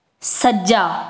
ਸੱਜਾ